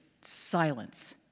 silence